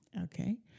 okay